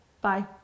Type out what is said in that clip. bye